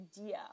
idea